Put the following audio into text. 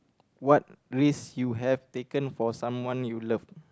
what risk you have taken for someone you love